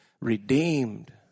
redeemed